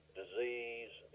disease